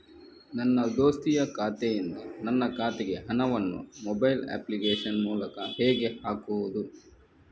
ನನ್ನ ದೋಸ್ತಿಯ ಖಾತೆಯಿಂದ ನನ್ನ ಖಾತೆಗೆ ಹಣವನ್ನು ಮೊಬೈಲ್ ಅಪ್ಲಿಕೇಶನ್ ಮೂಲಕ ಹೇಗೆ ಹಾಕುವುದು?